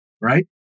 right